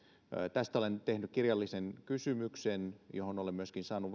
tästä olen tehnyt kirjallisen kysymyksen johon olen myöskin saanut